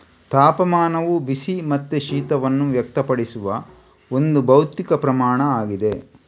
ತಾಪಮಾನವು ಬಿಸಿ ಮತ್ತೆ ಶೀತವನ್ನ ವ್ಯಕ್ತಪಡಿಸುವ ಒಂದು ಭೌತಿಕ ಪ್ರಮಾಣ ಆಗಿದೆ